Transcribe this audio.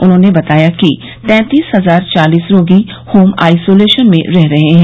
उन्होंने बताया कि तैंतीस हजार चालिस रोगी होम आइसोलेशन में रह रहे हैं